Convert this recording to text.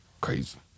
Crazy